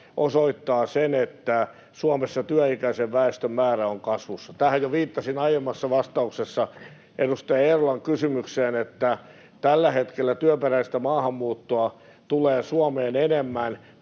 osoittavat sen, että Suomessa työikäisen väestön määrä on kasvussa. Tähän jo viittasin aiemmassa vastauksessani edustaja Eerolan kysymykseen, että tällä hetkellä työperäistä maahanmuuttoa tulee Suomeen enemmän